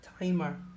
timer